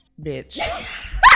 bitch